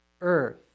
Earth